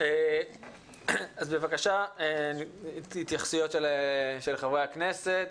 בבקשה, התייחסויות של חברי הכנסת.